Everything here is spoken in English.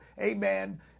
amen